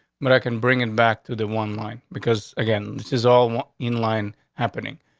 but i can bring it back to the one line because again, this is all in line happening.